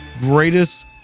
greatest